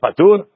patur